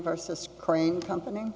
versus crane company